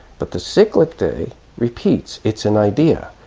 but the cyclic day repeats, it's an idea.